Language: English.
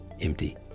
empty